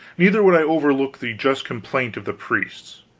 neither would i overlook the just complaint of the priests.